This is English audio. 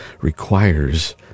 requires